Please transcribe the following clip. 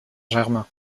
germain